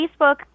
Facebook